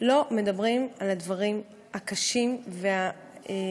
לא מדברים על הדברים הקשים והגדולים